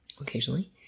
occasionally